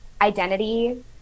identity